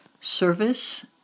service